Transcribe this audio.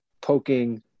poking